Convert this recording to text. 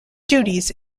duties